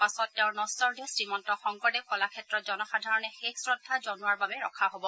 পাছত তেওঁৰ নখৰ দেহ শ্ৰীমন্ত শংকৰদেৱ কলাক্ষেত্ৰত জনসাধাৰণে শেষ শ্ৰদ্ধা জনোৱাৰ বাবে ৰখা হব